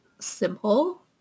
simple